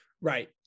Right